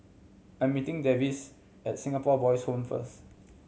I'm meeting Davis at Singapore Boys' Home first